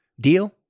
Deal